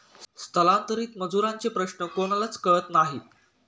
स्थलांतरित मजुरांचे प्रश्न कोणालाच कळत नाही